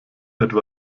etwa